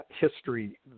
history